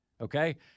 Okay